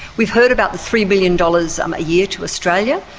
we've heard about the three billion dollars um a year to australia.